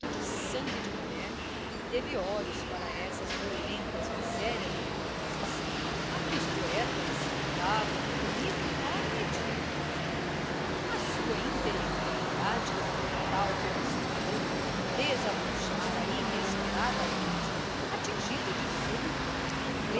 sangue de mulher teve olhos para essas violentas misérias dolorosas a que os poetas davam o bonito nome de amor a sua intelectualidade tal como seu corpo desabrochara inesperadamente atingindo de súbito